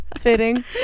Fitting